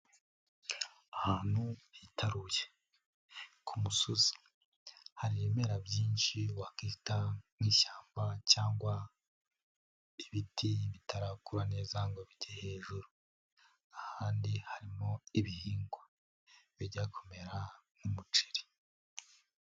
Ahantu hitaruye, ku musozi, hari ibimera byinshi wakita nk'ishyamba cyangwa ibiti bitarakura neza ngo bijye hejuru, ahandi harimo ibihingwa bijya kumera nk'umuceri.